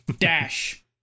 Dash